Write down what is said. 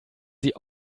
sie